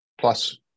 plus